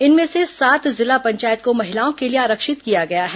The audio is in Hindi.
इनमें से सात जिला पंचायत को महिलाओं के लिए आरक्षित किया गया है